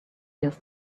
years